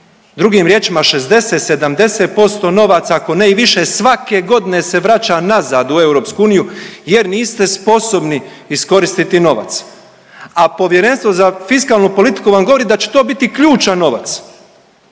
drugim riječima 60-70% novaca ako ne i više svake godine se vraća nazad u EU jer niste sposobni iskoristiti novac, a Povjerenstvo za fiskalnu politiku vam govori da će to biti ključan novac